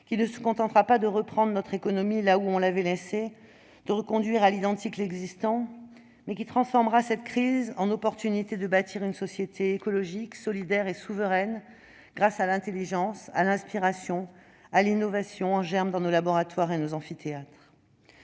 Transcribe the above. qui ne se contentera pas de reprendre notre économie là où on l'avait laissée ou de reconduire à l'identique l'existant. Elle transformera cette crise, qui deviendra une opportunité de bâtir une société écologique, solidaire et souveraine, grâce à l'intelligence, à l'inspiration, à l'innovation en germe dans nos laboratoires et nos amphithéâtres.